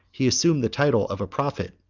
he assumed the title of a prophet,